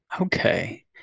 okay